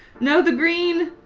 no the green!